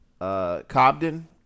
Cobden